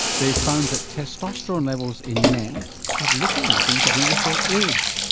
they've found that testosterone levels in men have little or nothing to do with their age.